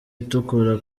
itukura